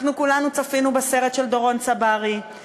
אנחנו כולנו צפינו בסרט של דורון צברי,